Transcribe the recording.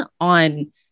on